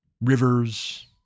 rivers